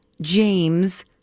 James